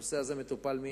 הנושא הזה מטופל מייד.